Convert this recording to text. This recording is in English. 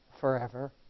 forever